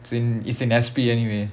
it's in it's in S_P anyway